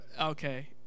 Okay